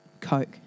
Coke